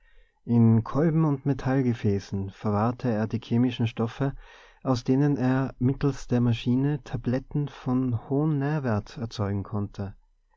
in kolben und metallgefäßen verwahrte er die chemischen stoffe aus denen er mittels der maschine tabletten von hohem nährwert erzeugen konnte